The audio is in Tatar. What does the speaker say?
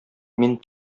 мин